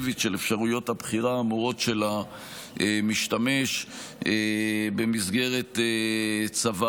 של אפשרויות הבחירה האמורות של המשתמש במסגרת צוואה,